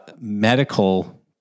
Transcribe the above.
medical